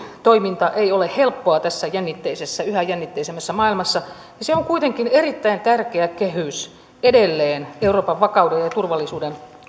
toiminta ei ole helppoa tässä jännitteisessä yhä jännitteisemmässä maailmassa niin se on kuitenkin erittäin tärkeä kehys edelleen euroopan vakauden ja turvallisuuden